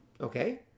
Okay